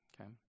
okay